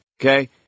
Okay